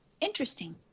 Interesting